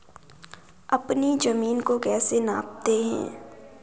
अपनी जमीन को कैसे नापते हैं?